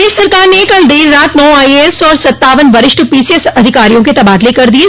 प्रदेश सरकार ने कल देर रात नौ आईएएस और सत्तावन वरिष्ठ पीसीएस अधिकारियों के तबादले कर दिये